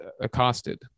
accosted